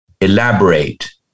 elaborate